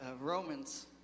Romans